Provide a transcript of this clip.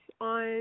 on